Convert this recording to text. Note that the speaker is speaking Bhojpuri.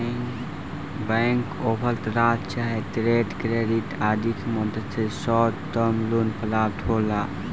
बैंक ओवरड्राफ्ट चाहे ट्रेड क्रेडिट आदि के मदद से शॉर्ट टर्म लोन प्राप्त होला